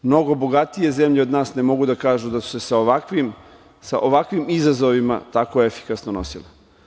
Mnogo bogatije zemlje od nas ne mogu da kažu da su se sa ovakvim izazovima tako efikasno nosile.